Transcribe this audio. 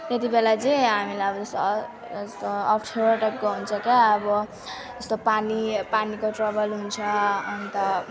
त्यत्ति बेला चाहिँ हामीलाई अब जस्तो उयो अप्ठ्यारो टाइपको हुन्छ क्या अब त्यस्तो पानी पानीको प्रब्लम हुन्छ अन्त